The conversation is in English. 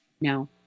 no